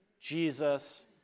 Jesus